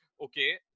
okay